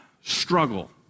struggle